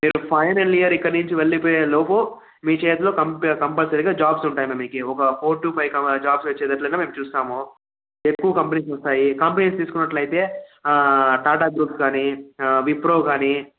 మీరు final year ఇక్కడి నుంచి వెళ్ళిపోయే లోపు మీ చేతిలో కం కంపల్సరీగా జాబ్స్ ఉంటాయమ్మ మీకి ఒక ఫోర్ టు ఫైవ్ జాబ్స్ వచ్చేటట్లుగా మీకు చూస్తాము ఎక్కువ కంపెనీస్ వస్తాయి కంపెనీస్ తీసుకున్నట్లయితే టాటా గ్రూప్ కాని విప్రో కాని